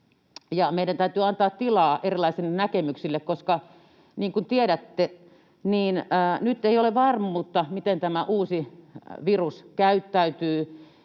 Meidän täytyy antaa tilaa erilaisille näkemyksille, koska, niin kuin tiedätte, nyt ei ole varmuutta, miten tämä uusi virus käyttäytyy